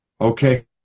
Okay